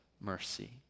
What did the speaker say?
mercy